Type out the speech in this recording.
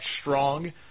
strong